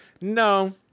no